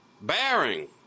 bearing